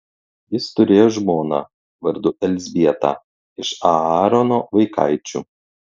jis turėjo žmoną vardu elzbietą iš aarono vaikaičių